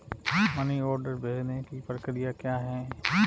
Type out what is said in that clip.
Money order भेजने की प्रक्रिया क्या है?